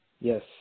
Yes